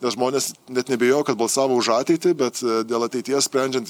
nes žmonės net neabejoju kad balsavo už ateitį bet dėl ateities sprendžiant